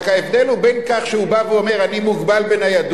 רק ההבדל הוא בין כך שהוא בא ואומר: אני מוגבל בניידות,